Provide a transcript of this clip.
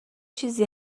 چیزی